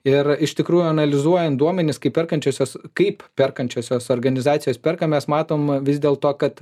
ir iš tikrųjų analizuojant duomenis kai perkančiosios kaip perkančiosios organizacijos perka mes matom vis dėl to kad